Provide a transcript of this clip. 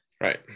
right